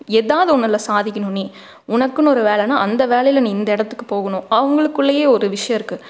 எதாவது ஒன்றுல சாதிக்கணும் நீ உனக்குன்னு ஒரு வேலைன்னா அந்த வேலைலைல நீ இந்த இடத்துக்கு போகணும் அவங்களுக்குள்ளயே ஒரு விஷ்யம்ருக்கு